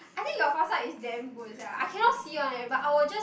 I think your foresight is damn good sia I cannot see one eh I will just